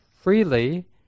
freely